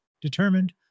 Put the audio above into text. Determined